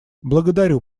благодарю